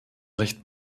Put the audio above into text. recht